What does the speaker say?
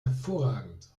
hervorragend